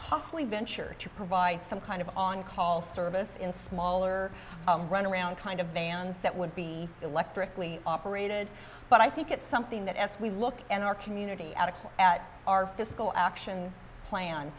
costly venture to provide some kind of on call service in smaller run around kind of vans that would be electrically operated but i think it's something that as we look in our community out of here at our fiscal action plan